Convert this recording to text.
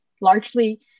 largely